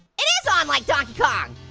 it is on like donkey kong.